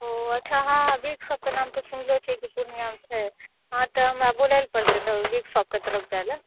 ओऽ अच्छा हँ बिग शॉपके नाम तऽ सुनलै छियै कि पूर्णियाँमे छै हँ तऽ हमरा बोलै लै पड़तै ओतऽ बिग शॉपके तरफ जाइ लए